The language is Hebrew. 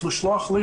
לשלוח לי,